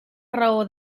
raó